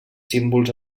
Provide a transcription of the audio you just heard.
símbols